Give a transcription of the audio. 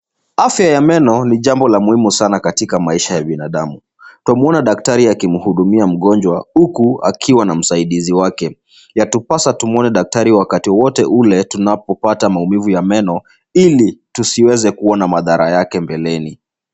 Afya ya meno ni jambo la muhimu sana katika maisha ya binadamu. Twamwona daktari akimhudumia mgonjwa huku akiwa na msaidizi wake. Yatupasa tumwone daktari wakati wote ule tunapopata maumivu ya meno ili tusiweze kuona madhara yake mbeleni.